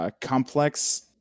complex